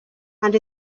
and